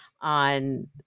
on